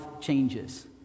changes